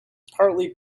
partly